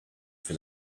for